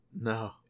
No